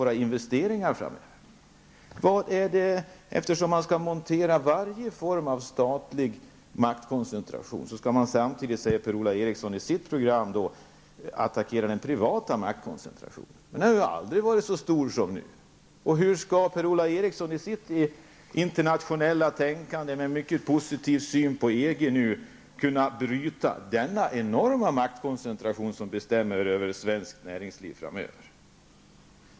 Per-Ola Eriksson säger enligt sitt partis program att man skall demontera varje form av statlig maktkoncentration och samtidigt också attackera den privata maktkoncentrationen. Denna har ju aldrig varit så stor som nu. Hur skall Per-Ola Eriksson i sitt internationella tänkande, nu också med en positiv syn på EG, kunna bryta dess enorma maktkoncentration, som kommer att bestämma över svenskt näringsliv framöver?